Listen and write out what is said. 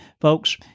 folks